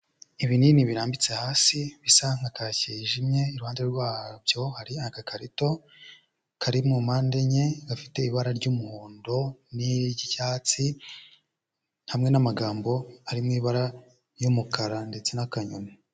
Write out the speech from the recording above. Ibinini birambitse hasi bisa nka kake yijimye, iruhande rwabyo hari agakarito kari mu mpande enye gafite ibara ry'umuhondo n'iry'icyatsi, hamwe n'amagambo ari mu ibara ry'umukara ndetse n'akanyoni.